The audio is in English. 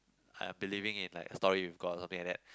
I'm believing in like a story with God something like that